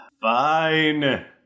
Fine